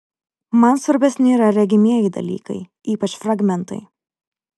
man svarbesni yra regimieji dalykai ypač fragmentai